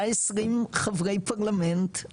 120 חברי פרלמנט,